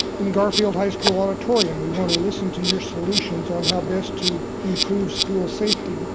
in garfield high school auditorium. we want to listen to your solutions on how best to improve school safety.